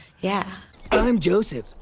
yeah i'm joseph.